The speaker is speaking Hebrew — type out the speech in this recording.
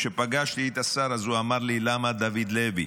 כשפגשתי את השר, הוא אמר לי, למה דוד לוי?